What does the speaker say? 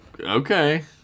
Okay